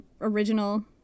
original